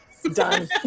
done